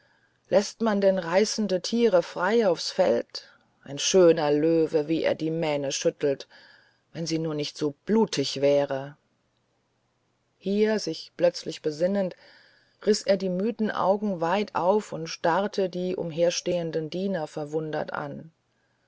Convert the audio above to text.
läßt man denn reißende tiere frei aufs feld ein schöner löwe wie er die mähnen schüttelt wenn sie nur nicht so blutig wären hier sich plötzlich besinnend riß er die müden augen weit auf und starrte die umherstehenden diener verwundert an